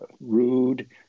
rude